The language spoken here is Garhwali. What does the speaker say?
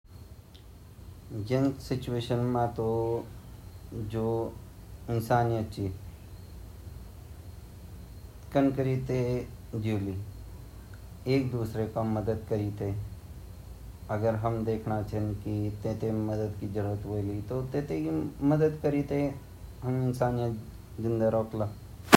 मान ल्यो सारा समुद्रो पाणी जमीन मा ऐग्यो अर उंगा घर दबिग्या अर लोग भी दबिन ता हमा माना येन हमते सिखंड की हमुन उंगी मदद कन जांड अपू भी जांड अर अपरा आस पडोसी भी ली जांड जन खाण्ड ची उंगा कपडा छिन जो भी मदद हमसे वे सकन हम उते सारा मदद काने कोशिस कन।